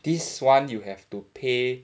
this one you have to pay